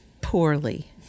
poorly